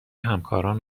همکاران